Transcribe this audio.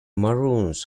maroons